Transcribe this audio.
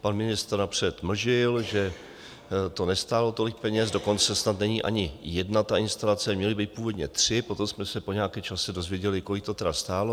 Pan ministr napřed mlžil, že to nestálo tolik peněz, dokonce snad není ani jedna ta instalace, měly být původně tři, potom jsme se po nějakém čase dozvěděli, kolik to tedy stálo.